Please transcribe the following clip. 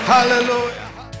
Hallelujah